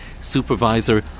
supervisor